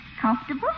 Comfortable